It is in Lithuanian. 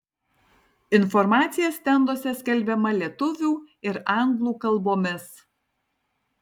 informacija stenduose skelbiama lietuvių ir anglų kalbomis